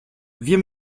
wir